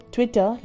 Twitter